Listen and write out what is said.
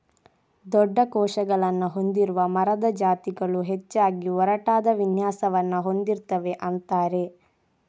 ದೊಡ್ಡ ಕೋಶಗಳನ್ನ ಹೊಂದಿರುವ ಮರದ ಜಾತಿಗಳು ಹೆಚ್ಚಾಗಿ ಒರಟಾದ ವಿನ್ಯಾಸವನ್ನ ಹೊಂದಿರ್ತವೆ ಅಂತಾರೆ